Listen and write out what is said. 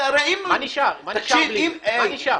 מה נשאר בלי זה?